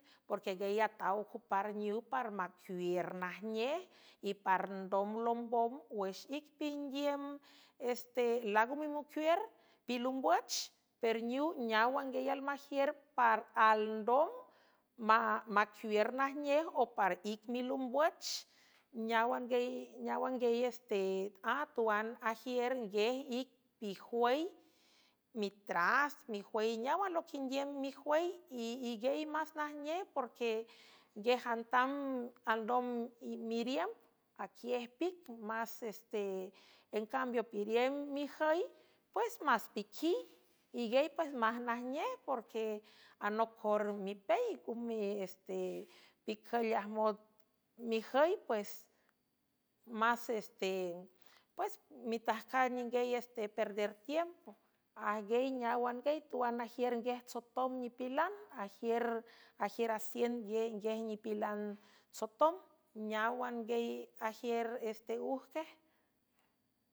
Porque guiey atawjopar niw par macuiür najnej y parndom lombom wüx ic pingiüm este langa mimocuiür pilum bwüch per niow neáwanguiey almajiür pr ald macuiür najnej o par ic milum bwüch neawan guiey este a tuan ajiür nguiej ic pijwey mitras mijwüy neáwan loquinguiüm mijwüy y iguiey más najnej porque nguiej m alndom miriüm aquiej pic más encambio piriem mijüy pues más piqui iguiey pues máj najnej porque anocjor mipey ngume este picüll ajmot mijüy pues más esten pues mitajcan ninguey es te perder tiempo ajnguey neáwanguey tuan ajiür nguiej tsotom nipilan ajiür ajiür a cien nguiej nipilan tsotom neáwangiey ajiür este ujque.